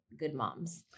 GOODMOMS